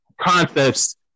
concepts